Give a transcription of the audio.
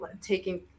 taking